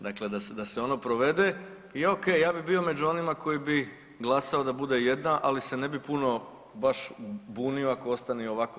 Dakle, da se ono provede i ok, ja bi bio među onima koji bi glasao da bude jedna, ali se ne bi puno baš bunio ako ostane i ovako.